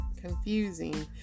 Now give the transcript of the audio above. confusing